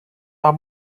are